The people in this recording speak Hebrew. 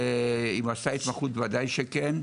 ואם הוא עשה התמחות, בוודאי שכן.